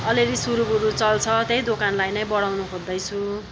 अलिअलि सुरुबुरु चल्छ त्यही दोकानलाई नै बढाउन खोज्दैछु